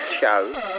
show